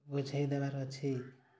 ବୁଝେଇ ଦେବାର ଅଛି